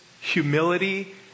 humility